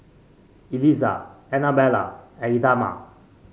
Elizah Annabella and Idamae